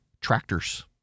tractors